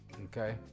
okay